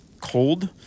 cold